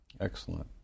Excellent